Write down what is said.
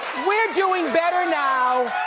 we're doing better now.